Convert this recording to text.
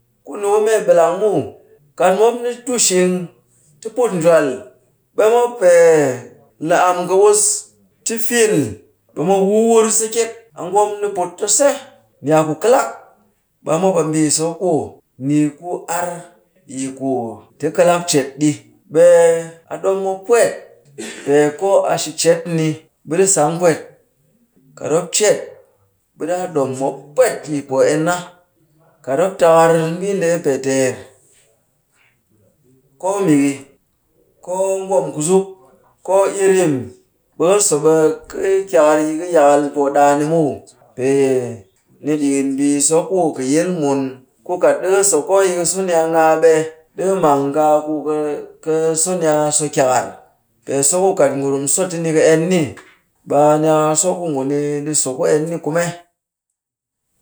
Ku ni ku mee ɓilang muw. Kat mop ni tu shing, ti put njal, ɓe mop pee le am kɨ wus ti fil, ɓe mop wuwur se kyek. A ngwom ni put ta se. Ni a ku kɨlak. Ɓe a mop a mbii so ku ni ku ar, yi ku ti kɨlak cet ɗi. Ɓe a ɗom mop pwet pee koo a shi cet ni, ɓe ɗi sang pwet. Kat mop cet, ɓe ɗaa ɗom mop pwet yi poo en na. Kat mop takar mbii ndee pee teer, koo miki, koo ngwom kuzuk, koo irim, ɓe ka so ɓe ka kyakar yi ka yakal poo ɗaa ni muw. Pee ni ɗikin mbii so ku kɨ yil mun ku kat ɗika so, koo yi ka so ni a ŋaa ɓe ɗika mang kaaku ka-ka so ni a so kyakar. Pee so ku kat ngurum so ti ni kɨ en ni, ɓe a ni a so ku ngu ni ɗi so ku en ni kume.